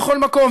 בכל מקום,